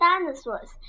dinosaurs